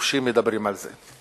חופשי מדברים על זה.